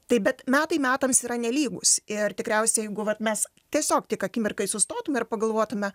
tai bet metai metams yra nelygūs ir tikriausiai jeigu vat mes tiesiog tik akimirkai sustotume ir pagalvotume